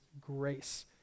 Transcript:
grace